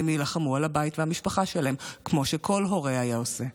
והם יילחמו על הבית והמשפחה שלהם כמו שכל הורה היה עושה.